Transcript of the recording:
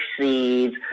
seeds